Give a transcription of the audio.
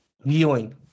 viewing